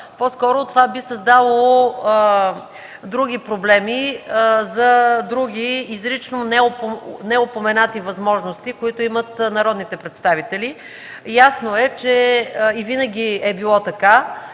По-скоро това би създало други проблеми – за други изрично неупоменати възможности, които имат народните представители. Винаги е било така.